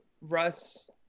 Russ